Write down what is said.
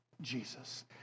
Jesus